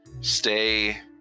stay